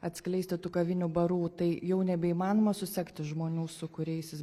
atskleisti tų kavinių barų tai jau nebeįmanoma susekti žmonių su kuriais jis